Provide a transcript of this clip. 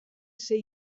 sei